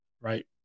right